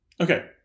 Okay